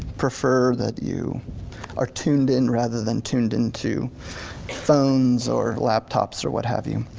prefer that you are tuned in rather than tuned into phones or laptops or what have you.